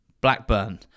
Blackburn